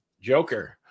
Joker